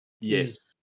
Yes